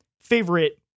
favorite